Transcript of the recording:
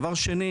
דבר שני,